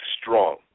strong